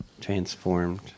transformed